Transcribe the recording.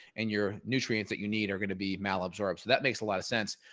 and your nutrients that you need are going to be malabsorption. that makes a lot of sense.